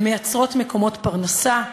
הן מייצרות מקומות פרנסה,